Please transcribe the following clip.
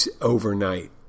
overnight